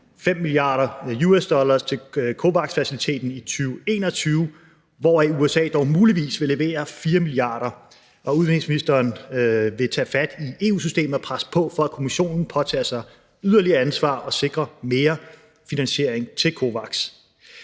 5 mia. US dollar til COVAX-faciliteten i 2021, hvoraf USA dog muligvis vil levere 4 mia. US dollar. Udviklingsministeren vil tage fat i EU-systemet og presse på for, at Kommissionen påtager sig yderligere ansvar og sikrer mere finansiering til COVAX.